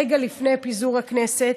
רגע לפני פיזור הכנסת,